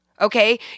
okay